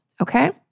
okay